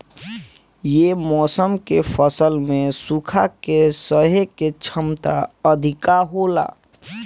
ये मौसम के फसल में सुखा के सहे के क्षमता अधिका होला